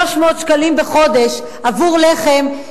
300 שקל לחודש עבור לחם,